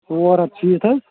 ژور ہَتھ شیٖتھ حظ